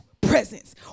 Presence